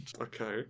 Okay